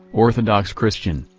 orthodox christian,